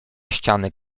ściany